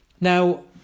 Now